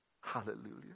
Hallelujah